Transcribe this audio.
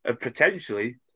potentially